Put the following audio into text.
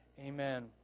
Amen